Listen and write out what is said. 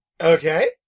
Okay